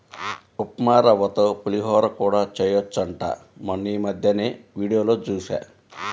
ఉప్మారవ్వతో పులిహోర కూడా చెయ్యొచ్చంట మొన్నీమద్దెనే వీడియోలో జూశా